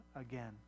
again